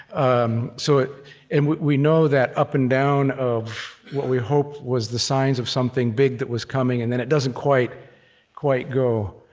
um so and we we know that up-and-down of what we hoped was the signs of something big that was coming, and then, it doesn't quite quite go.